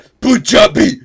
Punjabi